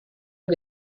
que